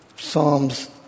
Psalms